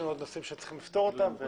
שצריך לפתור אותם.